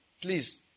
Please